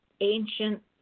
Ancient